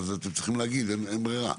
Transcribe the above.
אתם צריכים להגיד ואין ברירה.